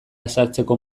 ezartzeko